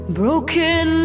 broken